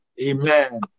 Amen